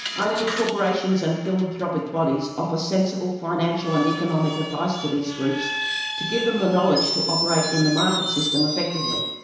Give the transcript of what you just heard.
only corporations and philanthropic bodies offer sensible financial and economic advice to these groups to give them the knowledge to operate in the market system effectively.